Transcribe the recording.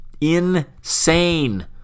Insane